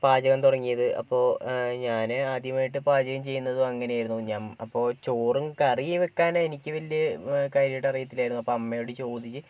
പാചകം തുടങ്ങിയത് അപ്പോൾ ഞാൻ ആദ്യമായിട്ട് പാചകം ചെയ്യുന്നതും അങ്ങനെയായിരുന്നു ഞാൻ അപ്പോൾ ചോറും കറിയും വെക്കാൻ എനിക്ക് വലിയ കാര്യമായിട്ട് അറിയത്തില്ലായിരുന്നു അപ്പോൾ അമ്മയോട് ചോദിച്ച്